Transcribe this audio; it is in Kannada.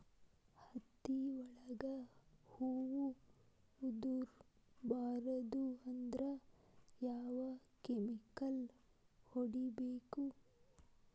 ಹತ್ತಿ ಒಳಗ ಹೂವು ಉದುರ್ ಬಾರದು ಅಂದ್ರ ಯಾವ ಕೆಮಿಕಲ್ ಹೊಡಿಬೇಕು?